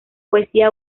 poesía